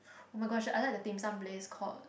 [oh]-my-gosh I like the Dim Sum place called